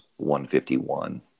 151